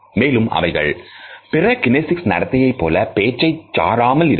மேலும் அவைகள் பிற கினேசிக்ஸ் நடத்தை போல பேச்சை சாராமல் இருக்கும்